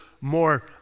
more